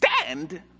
Stand